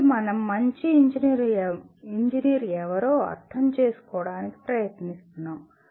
ఇప్పుడు మనం మంచి ఇంజనీర్ ఎవరో అర్థం చేసుకోవడానికి ప్రయత్నిస్తున్నాం